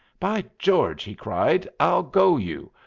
by george! he cried. i'll go you.